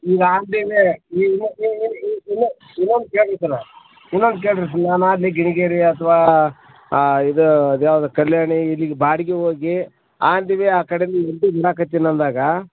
ಈಗ ಆಗ್ದೇನೆ ಇನೊ ಇನ್ನೊಂದು ಕೇಳ್ರಿ ಸರು ಇನ್ನೊಂದು ಕೇಳ್ರಿ ಫುಲ್ ನಾನು ಆಗಲೆ ಗಿಣಿಗೇರಿ ಅಥ್ವಾ ಇದೂ ಅದ್ಯಾವ್ದು ಕಲ್ಯಾಣಿ ಇಲ್ಲಿಗೆ ಬಾಡಿಗೆ ಹೋಗಿ ಆನ್ ದಿ ವೇ ಆ ಕಡೆಯಿಂದ ಇಲ್ಲಿ ನಿಂತು ನೋಡಾಕತ್ತೀನಿ ಅಂದಾಗ